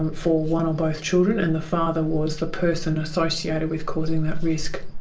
and for one or both children, and the father was the person associated with causing that risk.